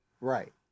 right